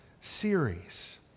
series